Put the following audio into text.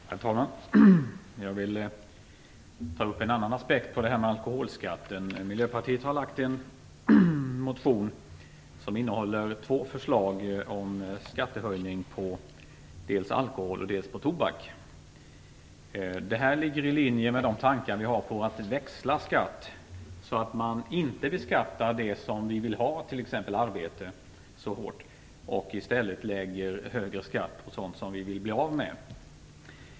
Herr talman! Jag vill ta upp en annan aspekt på detta med alkoholskatten. Miljöpartiet har väckt en motion som innehåller två förslag om skattehöjning dels på alkohol, dels på tobak. Det här ligger i linje med de tankar som vi har om att växla skatt. Det som vi vill ha, t.ex. arbete, skall inte beskattas så hårt. I stället skall högre skatt läggas på sådant som vi vill bli av med.